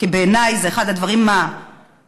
כי בעיניי זה אחד הדברים ההזויים,